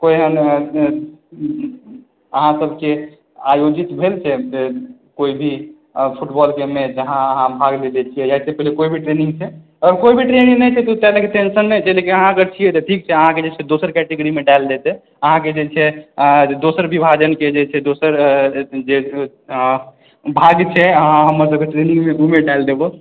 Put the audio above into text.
अहाँ सब के आयोजित भेल छै कोइ भी फुटबॉल के मैच अहाँ ओहिके लेल टेंशन नहि छै लेकिन अहाँ अगर छियै ठीक छै अहाँके दोसर कटेगरी मे डालि दै छै अहाँके जे छै दोसर विभाजन के छै